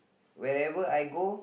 wherever I go